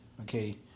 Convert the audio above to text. Okay